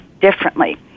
differently